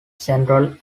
central